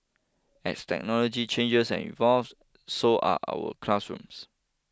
as technology changes and evolves so are our classrooms